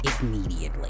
immediately